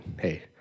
hey